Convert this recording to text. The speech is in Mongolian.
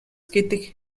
гэдэг